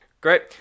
Great